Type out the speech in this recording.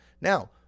Now